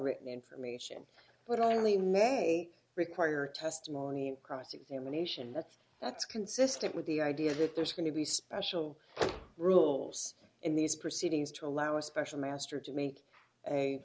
written information but only now may require testimony and cross examination that's that's consistent with the idea that there's going to be special rules in these proceedings to allow a special master to make a